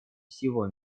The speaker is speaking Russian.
всего